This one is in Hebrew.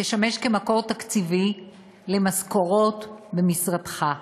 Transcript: תשמש מקור תקציבי למשכורות למשרדך.